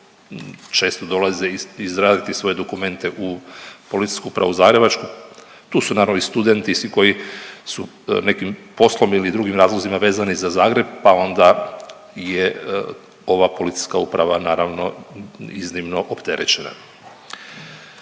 često dolaze izraditi svoje dokumente u Policijsku upravu zagrebačku. Tu su naravno i studenti i svi koji su nekim poslom ili drugim razlozima vezani za Zagreb, pa onda je ova policijska uprava, naravno, iznimno opterećena.